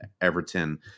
Everton